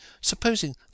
Supposing